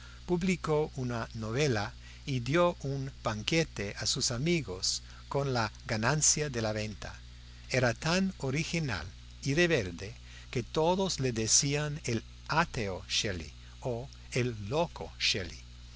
publicó una novela y dio un banquete a sus amigos con la ganancia de la venta era tan original y rebelde que todos le decían el ateo shelley o el loco shelley